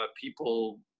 people